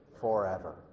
forever